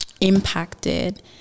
impacted